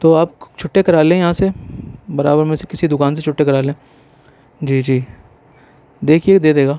تو آپ چھٹے کرا لیں یہاں سے برابر میں سے کسی دوکان سے چھٹے کرا لیں جی جی دیکھئے دے دے گا